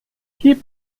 gib